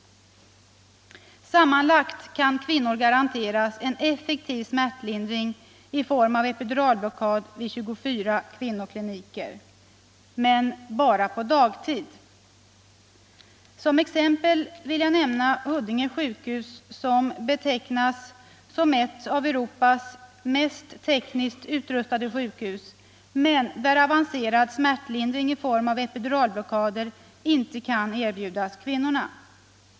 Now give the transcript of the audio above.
Kvinnor kan garanteras effektiv smärtlindring i form av epiduralblockad vid sammanlagt 24 kvinnokliniker, men bara på dagtid. Som exempel vill jag nämna Huddinge sjukhus. Det är betecknat som ett av Europas mest tekniskt utrustade sjukhus, men någon avancerad smärtlindring i form av epiduralblockader kan där inte erbjudas kvinnorna.